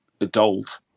adult